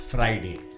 Friday